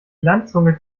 landzunge